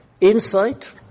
insight